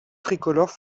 tricolore